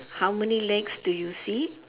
how many legs do you see